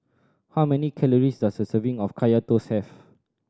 how many calories does a serving of Kaya Toast have